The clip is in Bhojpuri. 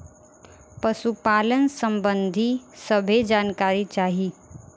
पशुपालन सबंधी सभे जानकारी चाही?